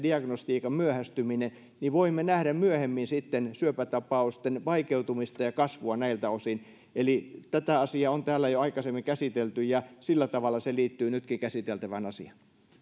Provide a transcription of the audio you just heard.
diagnostiikan myöhästyminen niin voimme nähdä myöhemmin syöpätapausten vaikeutumista ja kasvua näiltä osin eli tätä asiaa on täällä jo aikaisemmin käsitelty ja sillä tavalla se liittyy nytkin käsiteltävään asiaan